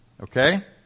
Okay